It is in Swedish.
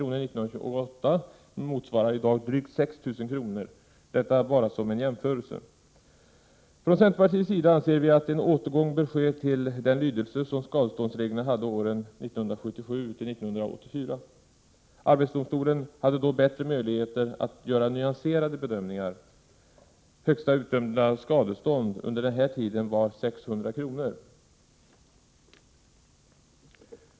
år 1928 motsvarar i dag drygt 6 000 kr. — detta som en jämförelse. Från centerpartiets sida anser vi att en återgång bör ske till den lydelse som skadeståndsreglerna hade åren 1977—1984. Arbetsdomstolen hade då bättre möjligheter att göra nyanserade bedömningar. Högsta utdömda skadestånd under den här tiden var 600 kr.